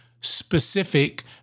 specific